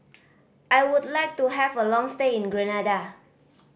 I would like to have a long stay in Grenada